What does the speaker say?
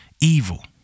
evil